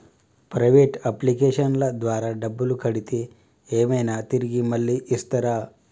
Private అప్లికేషన్ల ద్వారా డబ్బులు కడితే ఏమైనా తిరిగి మళ్ళీ ఇస్తరా?